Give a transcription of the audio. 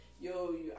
Yo